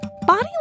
Body